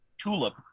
TULIP